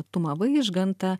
tumą vaižgantą